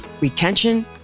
retention